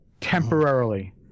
Temporarily